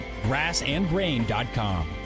Grassandgrain.com